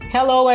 Hello